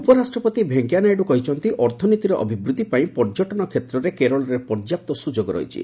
Kerala VP ଉପରାଷ୍ଟ୍ରପତି ଭେଙ୍କୟା ନାଇଡୁ କହିଛନ୍ତି ଅର୍ଥନୀତିର ଅଭିବୃଦ୍ଧି ପାଇଁ ପର୍ଯ୍ୟଟନ କ୍ଷେତ୍ରରେ କେରଳରେ ପର୍ଯ୍ୟାପ୍ତ ସୁଯୋଗ ରହିଛି